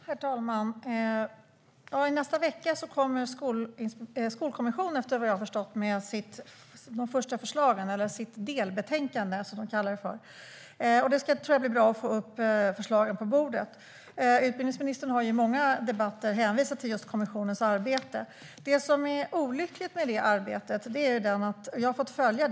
Herr talman! I nästa vecka kommer Skolkommissionen med sitt delbetänkande. Det ska bli bra att få upp förslagen på bordet. Utbildningsministern har i många debatter hänvisat till just kommissionens arbete. Jag har följt kommissionens arbete i den parlamentariska referensgruppen.